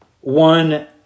one